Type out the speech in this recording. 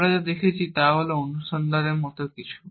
আমরা যা করছি তা হল অনুসন্ধানের মতো কিছু